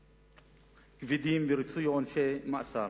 כבדים וריצוי עונשי מאסר.